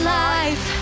life